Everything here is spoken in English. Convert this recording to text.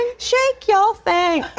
and shake your thing.